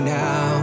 now